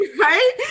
right